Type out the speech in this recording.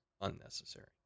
unnecessary